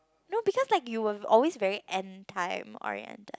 no because like you were always very end time oriented